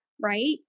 right